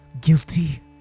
Guilty